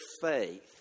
faith